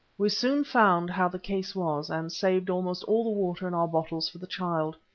we soon found how the case was, and saved almost all the water in our bottles for the child.